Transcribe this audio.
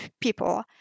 people